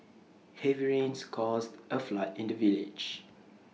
heavy rains caused A flood in the village